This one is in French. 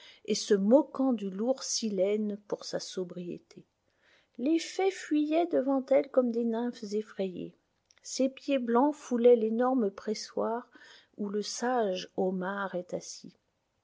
et se moquant du lourd silène pour sa sobriété les faits fuyaient devant elle comme des nymphes effrayées ses pieds blancs foulaient l'énorme pressoir où le sage omar est assis